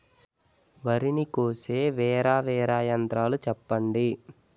వరి ని కోసే వేరా వేరా యంత్రాలు చెప్పండి?